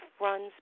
runs